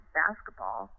basketball